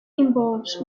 involves